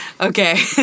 Okay